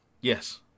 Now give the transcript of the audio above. Yes